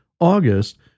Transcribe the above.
August